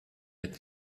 mit